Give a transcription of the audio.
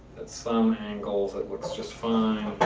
at some angles it looks just fine,